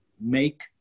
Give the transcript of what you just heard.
make